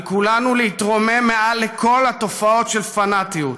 על כולנו להתרומם מעל לכל התופעות של פנאטיות,